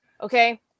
Okay